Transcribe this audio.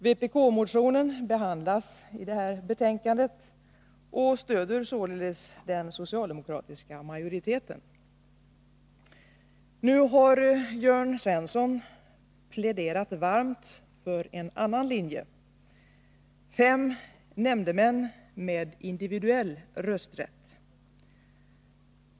Vpk-motionen behandlas i detta betänkande och stöder således den socialdemokratiska majoriteten. Nu har Jörn Svensson pläderat varmt för en annan linje: fem nämndemän med individuell rösträtt.